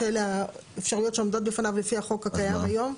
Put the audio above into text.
שאלה האפשרויות שעומדות בפניו לפי החוק הקיים היום?